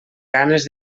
ganes